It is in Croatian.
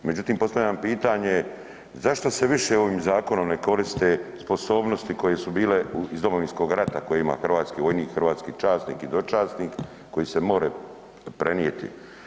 Međutim postavljam pitanje zašto se više ovim zakonom ne koriste sposobnosti koje su bile iz Domovinskog rata koje ima hrvatski vojnik, hrvatski časnik i dočasnik koji se more prenijeti.